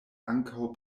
ankaŭ